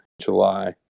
July